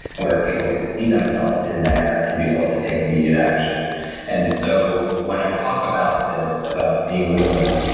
where people could see themselves in there and be able to take immediate action and so when i talk about this, about being limitless,